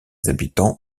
habitants